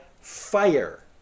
fire